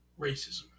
racism